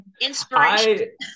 Inspiration